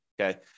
okay